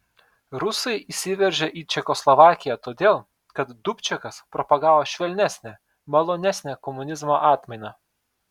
rusai įsiveržė į čekoslovakiją todėl kad dubčekas propagavo švelnesnę malonesnę komunizmo atmainą